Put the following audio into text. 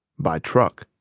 by truck,